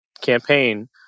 campaign